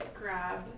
grab